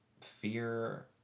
fear